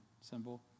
symbol